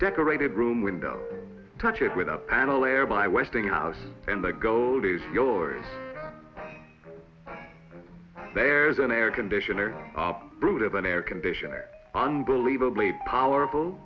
decorated room window touch it with the panel air by westinghouse and the gold is yours there's an air conditioner brute of an air conditioner unbelievably powerful